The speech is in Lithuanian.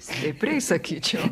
stipriai sakyčiau